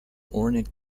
ornate